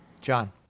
John